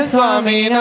Swami